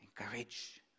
Encourage